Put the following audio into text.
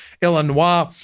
Illinois